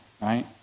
right